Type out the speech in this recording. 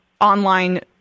online